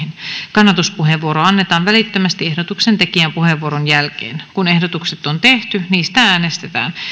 kannatuspuheenvuoro annetaan välittömästi ehdotuksen tekijän puheenvuoron jälkeen kun ehdotukset on tehty niistä äänestetään